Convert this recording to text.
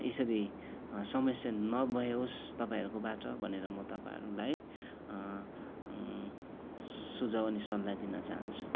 यसरी समस्या नभएको होस् तपाईँहरूकोबाट भनेर म तपाईँहरूलाई सुझाव अनि सल्लाह दिन चाहन्छु